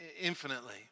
infinitely